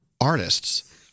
artists